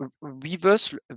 reverse